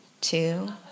two